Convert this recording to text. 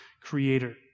creator